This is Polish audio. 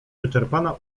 wyczerpana